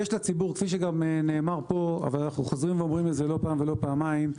כפי שנאמר פה ואנחנו חוזרים ואומרים את זה לא פעם ולא פעמיים,